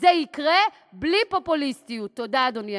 וזה יקרה בלי פופוליזם.